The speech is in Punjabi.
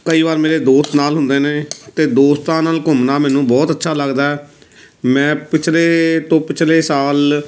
ਕਈ ਵਾਰ ਮੇਰੇ ਦੋਸਤ ਨਾਲ ਹੁੰਦੇ ਨੇ ਅਤੇ ਦੋਸਤਾਂ ਨਾਲ ਘੁੰਮਣਾ ਮੈਨੂੰ ਬਹੁਤ ਅੱਛਾ ਲੱਗਦਾ ਮੈਂ ਪਿਛਲੇ ਤੋਂ ਪਿਛਲੇ ਸਾਲ